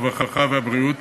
הרווחה והבריאות